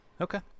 Okay